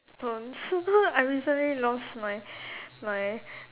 phones I recently lost my my